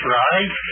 right